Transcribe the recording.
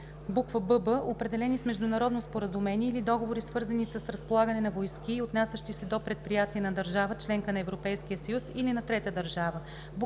бб) определени с международно споразумение или договори, свързани с разполагане на войски и отнасящи се до предприятия на държава – членка на Европейския съюз или на трета държава;